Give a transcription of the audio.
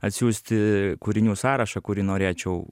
atsiųsti kūrinių sąrašą kurį norėčiau